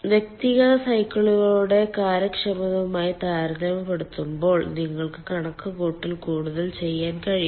വ്യക്തിഗത സൈക്കിളുകളുടെ കാര്യക്ഷമതയുമായി താരതമ്യപ്പെടുത്തുമ്പോൾ നിങ്ങൾക്ക് കണക്കുകൂട്ടൽ കൂടുതൽ ചെയ്യാൻ കഴിയും